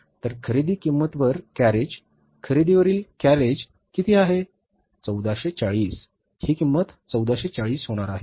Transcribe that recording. तर खरेदी किंमतवर कॅरेज खरेदीवरील कॅरेज किती आहे 1440 ही किंमत 1440 होणार आहे